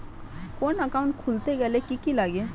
কোন একাউন্ট খুলতে গেলে কি কি লাগে?